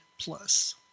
plus